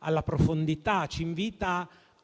alla profondità, al